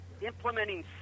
implementing